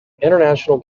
international